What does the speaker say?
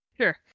sure